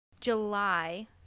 July